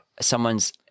someone's